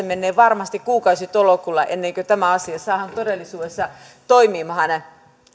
menee varmasti kuukausitolkulla ennen kuin tämä asia saadaan todellisuudessa toimimaan